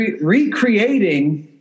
recreating